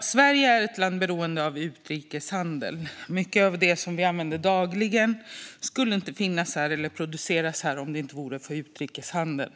Sverige är ett land beroende av utrikeshandel. Mycket av det vi använder dagligen skulle inte finnas här eller kunna produceras här om det inte vore för utrikeshandeln.